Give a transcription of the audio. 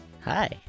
Hi